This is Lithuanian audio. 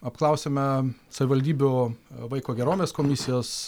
apklausėme savivaldybių vaiko gerovės komisijos